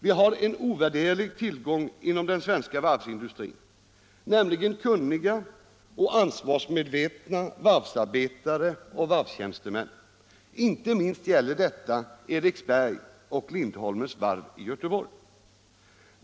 Vi har en ovärderlig tillgång inom den svenska varvsindustrin, nämligen kunniga och ansvarsmedvetna varvsarbetare och varvstjänstemän. Inte minst gäller detta Eriksbergs och Lindholmens varv i Göteborg.